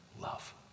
love